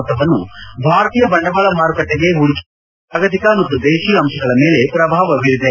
ಮೊತ್ತವನ್ನು ಭಾರತೀಯ ಬಂಡವಾಳ ಮಾರುಕಟ್ಟೆಗೆ ಹೂಡಿಕೆ ಮಾಡಿದ್ದು ಇದು ಜಾಗತಿಕ ಮತ್ತು ದೇಶೀಯ ಅಂಶಗಳ ಮೇಲೆ ಪ್ರಭಾವ ಬೀರಿದೆ